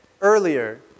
earlier